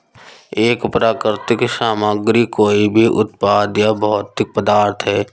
एक प्राकृतिक सामग्री कोई भी उत्पाद या भौतिक पदार्थ है